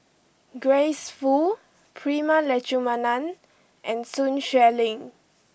Grace Fu Prema Letchumanan and Sun Xueling